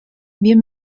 wir